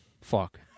Fuck